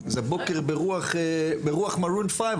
אז הבוקר ברוח מרון פייב,